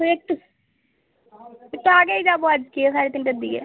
তুই একটু একটু আগেই যাবো আজকে সাড়ে তিনটের দিকে